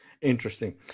Interesting